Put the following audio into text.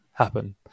Happen